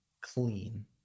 clean